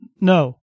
No